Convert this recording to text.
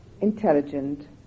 intelligent